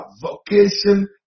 vocation